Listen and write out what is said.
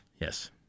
Yes